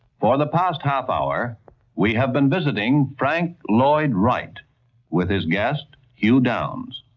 for the past half hour we have been visiting frank lloyd wright with his guest, hugh downs.